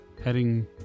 Heading